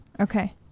okay